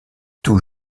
tout